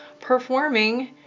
performing